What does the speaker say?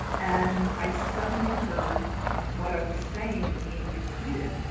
and i suddenly heard what i was saying being repeated.